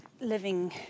living